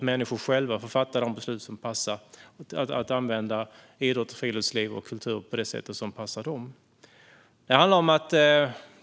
Människor själva ska få använda idrotts och friluftsliv och kultur på det sätt som passar dem.